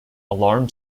alarm